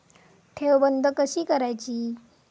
ठेव बंद कशी करायची?